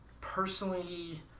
personally